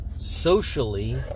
Socially